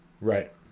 Right